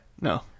No